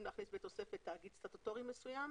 להכניס בתוספת תאגיד סטטוטורי מסוים,